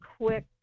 quick